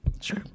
Sure